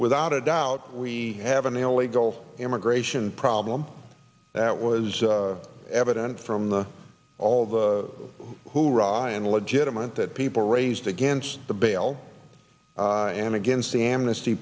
without a doubt we have an illegal immigration problem that was evident from the all the who ryan legitimate that people raised against the bail and against the amnesty